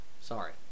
Sorry